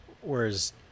whereas